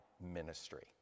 ministry